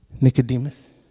Nicodemus